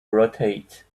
rotate